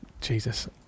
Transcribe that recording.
Jesus